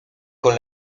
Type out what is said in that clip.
con